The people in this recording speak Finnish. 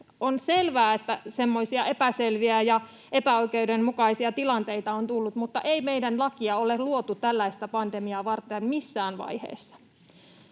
On selvää, että semmoisia epäselviä ja epäoikeudenmukaisia tilanteita on tullut, mutta ei meidän lakiamme ole luotu tällaista pandemiaa varten missään vaiheessa.